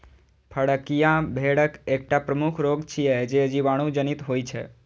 फड़कियां भेड़क एकटा प्रमुख रोग छियै, जे जीवाणु जनित होइ छै